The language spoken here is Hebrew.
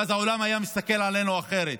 ואז העולם היה מסתכל עלינו אחרת,